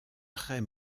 très